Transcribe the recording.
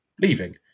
leaving